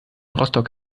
rostock